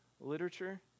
literature